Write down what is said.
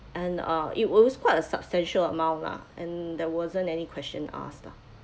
and uh it was quite a substantial amount lah and there wasn't any question asked lah